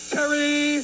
Terry